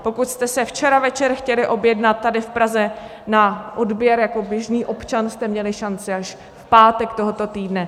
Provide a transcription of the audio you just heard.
Pokud jste se včera večer chtěli objednat tady v Praze na odběr, jako běžný občan jste měli šanci až v pátek tohoto týdne.